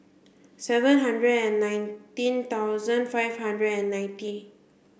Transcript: seven hundred and nineteen thousand five hundred and ninety